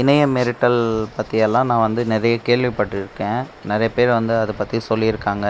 இணையம் மிரட்டல் பற்றியெல்லாம் நான் வந்து நிறைய கேள்வி பட்டுருக்கேன் நிறைய பேர் வந்து அதை பற்றி சொல்லியிருக்காங்க